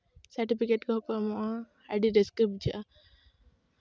certificate ᱠᱚᱦᱚᱸ ᱠᱚ ᱮᱢᱚᱜᱼᱟ ᱟᱹᱰᱤ ᱨᱟᱹᱥᱠᱟᱹ ᱵᱩᱡᱷᱟᱹᱜᱼᱟ